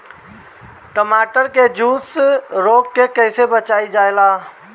टमाटर को जुलसा रोग से कैसे बचाइल जाइ?